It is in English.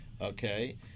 Okay